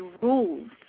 rules